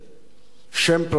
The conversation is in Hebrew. שם פרטי ושם משפחה,